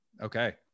Okay